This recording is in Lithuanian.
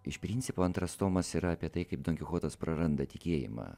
iš principo antras tomas yra apie tai kaip donkichotas praranda tikėjimą